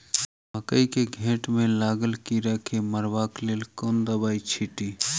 मकई केँ घेँट मे लागल कीड़ा केँ मारबाक लेल केँ दवाई केँ छीटि?